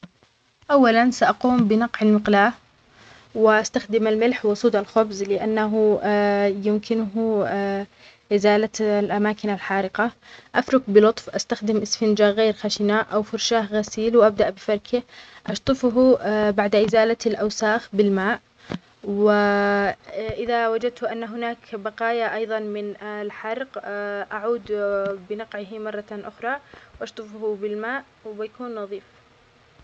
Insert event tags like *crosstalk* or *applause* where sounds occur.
اولا ساقوم بنقع المقلاة واستخدم الملح وصودا الخبز لانه *hesitation* يمكنه *hesitation* إزالة الاماكن الحارقة افرك بلطف استخدم أسفنجة غير خشنة او فرشاة غسيل وابدأ بفركه أشطفه *hesitation* بعد ازالة الاوساخ بالماء و *hesitation* اذا وجدت ان هناك بقايا ايظًا من *hesitation* الحرق *hesitation* اعود *hesitation* بنقعه مرة اخرى واشطفه بالماء وبيكون نظيف.